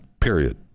period